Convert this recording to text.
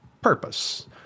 purpose